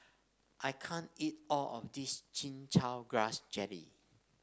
I can't eat all of this Chin Chow Grass Jelly